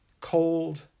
cold